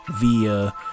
via